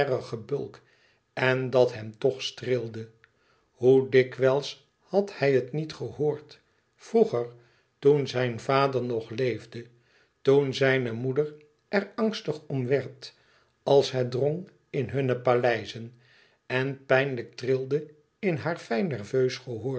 gebulk en dat hem toch streelde hoe dikwijls had hij het niet gehoord vroeger toen zijn vader nog leefde toen zijne moeder er angstig om werd als het drong in hunne paleizen en pijnlijk trilde in haar fijn